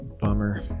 Bummer